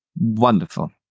wonderful